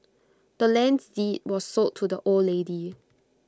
the land's deed was sold to the old lady